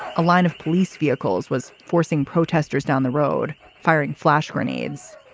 a line of police vehicles was forcing protesters down the road, firing flash grenades.